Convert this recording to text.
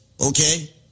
okay